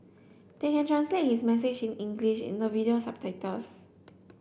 they can translate his message in English in the video subtitles